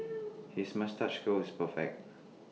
his moustache curl is perfect